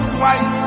white